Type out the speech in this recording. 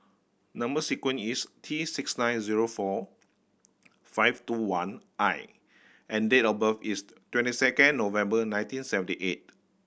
number sequence is T six nine zero four five two one I and date of birth is twenty second November nineteen seventy eight